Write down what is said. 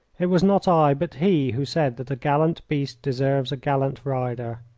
it was not i, but he, who said that a gallant beast deserves a gallant rider.